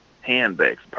handbags